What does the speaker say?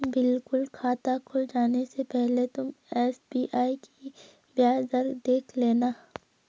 बिल्कुल खाता खुल जाने से पहले तुम एस.बी.आई की ब्याज दर देख लेना